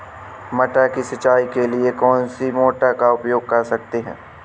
मटर की सिंचाई के लिए कौन सी मोटर का उपयोग कर सकते हैं?